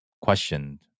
questioned